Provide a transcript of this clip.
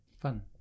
fun